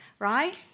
Right